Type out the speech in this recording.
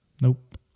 Nope